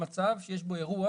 שזה מצב שיש בו אירוע